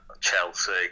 Chelsea